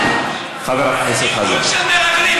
חבר הכנסת חזן, חבר הכנסת חזן.